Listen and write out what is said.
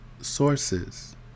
sources